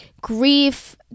grief